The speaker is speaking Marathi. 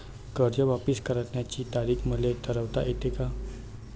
कर्ज वापिस करण्याची तारीख मले ठरवता येते का?